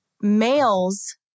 males